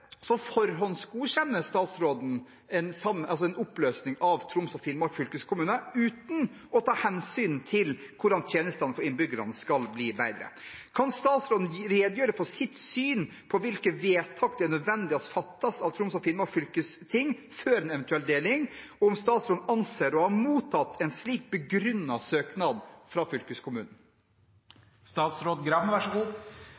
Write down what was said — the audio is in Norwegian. forhåndsgodkjenner statsråden en oppløsning av Troms og Finnmark fylkeskommune uten å ta hensyn til hvordan tjenestene for innbyggerne skal bli bedre. Kan statsråden redegjøre for sitt syn på hvilke vedtak det er nødvendig å fatte av Troms og Finnmark fylkesting før en eventuell deling, og om statsråden anser å ha mottatt en slik begrunnet søknad fra fylkeskommunen?